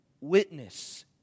witness